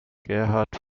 gerhard